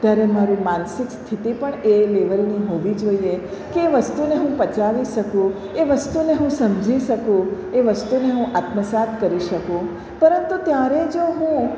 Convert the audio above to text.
ત્યારે મારું માનસિક સ્થિતિ પણ એ લેવલની હોવી જોઈએ કે વસ્તુને હું પચાવી શકું એ વસ્તુને હું સમજી શકું એ વસ્તુને હું આત્મસાત્ કરી શકું પરંતુ ત્યારે જો હું